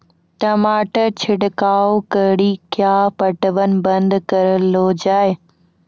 टमाटर छिड़काव कड़ी क्या पटवन बंद करऽ लो जाए?